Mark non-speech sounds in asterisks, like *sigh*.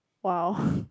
!wow! *breath*